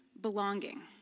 Belonging